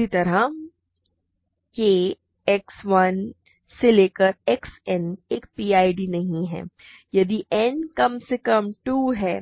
इसी तरह k X 1 X n एक PID नहीं है यदि n कम से कम 2 है